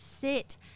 sit